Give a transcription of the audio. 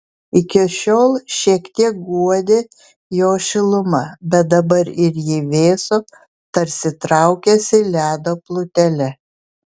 iki šiol šiek tiek guodė jo šiluma bet dabar ir ji vėso tarsi traukėsi ledo plutele